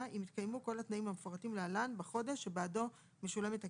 אם התקיימו כל התנאים המפורטים להלן בחודש שבעדו משולמת הקצבה: